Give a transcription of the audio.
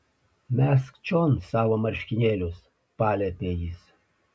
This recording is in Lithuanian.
mesk čion savo marškinėlius paliepė jis